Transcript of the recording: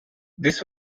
this